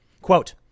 Quote